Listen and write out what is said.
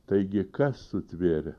taigi kas sutvėrė